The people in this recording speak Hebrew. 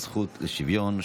הזכות לשוויון).